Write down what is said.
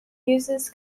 uses